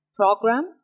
program